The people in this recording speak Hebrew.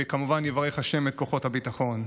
וכמובן, יברך השם את כוחות הביטחון.